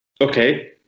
Okay